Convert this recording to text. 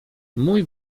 mój